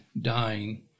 dying